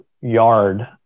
yard